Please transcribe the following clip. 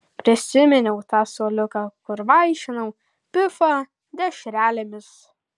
prisiminiau tą suoliuką kur vaišinau pifą dešrelėmis